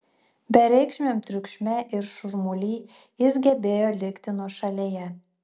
bereikšmiam triukšme ir šurmuly jis gebėjo likti nuošalėje